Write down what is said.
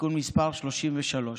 (תיקון מס' 33),